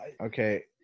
okay